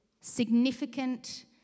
significant